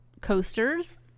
coasters